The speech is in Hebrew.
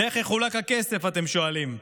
ואיך יחולק הכסף, אתם שואלים?